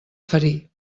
ferir